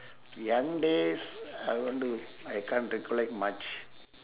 beyond this I want to I can't recollect much